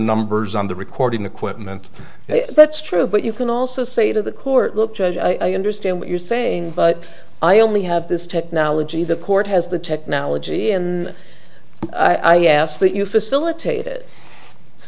numbers on the recording equipment bets true but you can also say to the court look i understand what you're saying but i only have this technology the court has the technology and i ask that you facilitate it it's